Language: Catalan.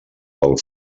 del